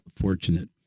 fortunate